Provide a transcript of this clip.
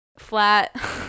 flat